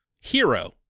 Hero